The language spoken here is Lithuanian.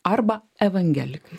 arba evangelikai